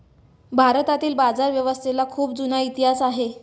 भारतातील बाजारव्यवस्थेला खूप जुना इतिहास आहे